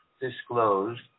disclosed